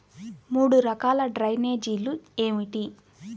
మూడు రకాల డ్రైనేజీలు ఏమిటి?